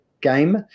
game